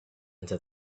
into